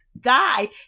guy